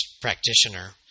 practitioner